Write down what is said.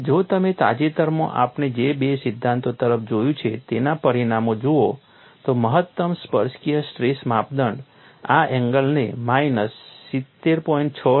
અને જો તમે તાજેતરમાં આપણે જે બે સિદ્ધાંતો તરફ જોયું છે તેના પરિણામો જુઓ તો મહત્તમ સ્પર્શકીય સ્ટ્રેસ માપદંડ આ એંગલને માઇનસ 70